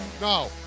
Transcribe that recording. no